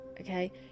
Okay